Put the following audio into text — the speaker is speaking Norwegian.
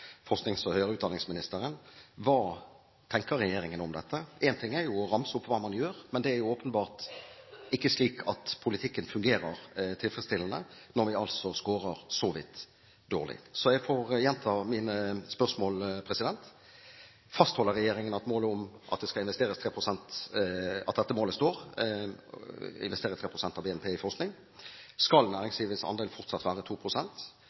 høyere utdanningsminister: Hva tenker regjeringen om dette? Én ting er jo å ramse opp hva man gjør, men det er åpenbart ikke slik at politikken fungerer tilfredsstillende når vi altså scorer så vidt dårlig. Så jeg får gjenta mine spørsmål: Fastholder regjeringen målet om at det skal investeres 3 pst. av BNP i forskning? Skal næringslivets andel fortsatt være